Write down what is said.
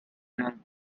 nervous